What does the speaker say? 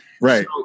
Right